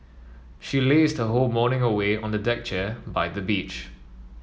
she lazed her whole morning away on a deck chair by the beach